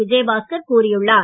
விஜயபாஸ்கர் கூறியுள்ளார்